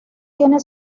tiene